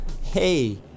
Hey